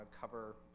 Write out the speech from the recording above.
cover